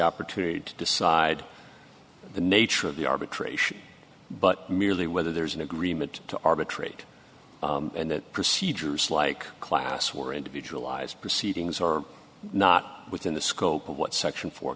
opportunity to decide the nature of the arbitration but merely whether there's an agreement to arbitrate and that procedures like class war individualized proceedings or not within the scope of what section fo